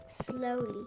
slowly